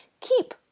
keep